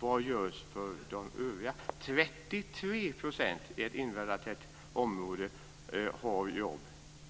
Vad görs för de övriga? 33 % i ett invandrartätt område -